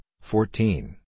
fourteen